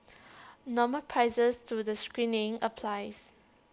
normal prices to the screenings applies